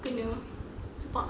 you know